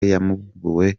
yambuwe